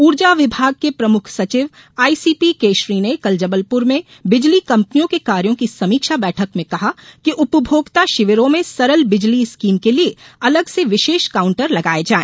ऊर्जा विभाग के प्रमुख सचिव आईसीपी केशरी ने कल जबलपुर में बिजली कंपनियों के कार्यों की समीक्षा बैठक में कहा कि उपभोक्ता शिविरों में सरल बिजली स्कीम के लिए अलग से विशेष काउंटर लगाये जाए